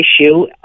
issue